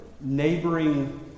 neighboring